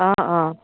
অ' অ'